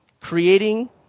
creating